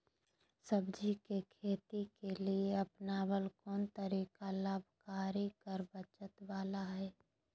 सब्जी के खेती के लिए अपनाबल कोन तरीका लाभकारी कर बचत बाला है?